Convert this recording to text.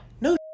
No